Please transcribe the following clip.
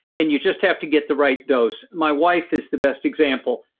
and you just have to get the right dose. my wife is the best example.